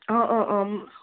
অঁ অঁ অঁ